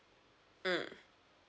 mm